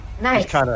Nice